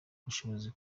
ubushobozi